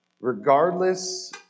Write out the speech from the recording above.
Regardless